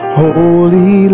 holy